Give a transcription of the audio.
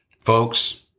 Folks